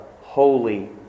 holy